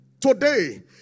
Today